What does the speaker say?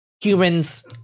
humans